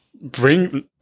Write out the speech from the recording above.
bring